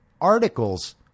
Articles